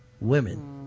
Women